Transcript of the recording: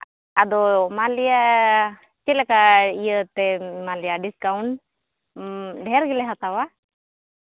ᱟᱫᱚ ᱪᱮᱫ ᱞᱮᱠᱟ ᱤᱭᱟᱹ ᱯᱮ ᱮᱢᱟ ᱞᱮᱭᱟ ᱰᱤᱥᱠᱟᱣᱩᱱᱴ ᱰᱷᱮᱨ ᱜᱮᱞᱮ ᱦᱟᱛᱟᱣᱟ